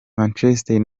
manchester